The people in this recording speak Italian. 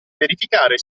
verificare